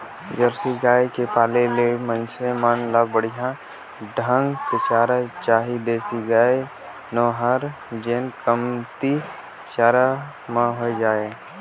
Jersey गाय के पाले ले मइनसे मन ल बड़िहा ढंग के चारा चाही देसी गाय नो हय जेन कमती चारा म हो जाय